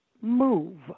move